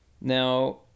Now